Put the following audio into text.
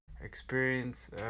experience